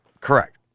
Correct